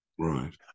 Right